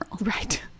right